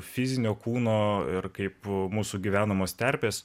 fizinio kūno ir kaip u mūsų gyvenamos terpės